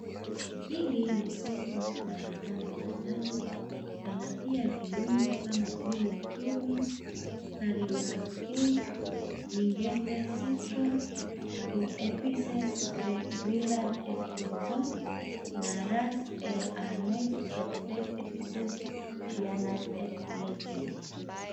Hili ni soko la bidhaa mbalimbali pana pia viungo kama vile cumin, curry marocain, gingembre citron, 4 epices Grillad et poisson na ras el hanout 35 epices viand et legume .